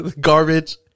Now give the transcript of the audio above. Garbage